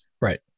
Right